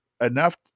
Enough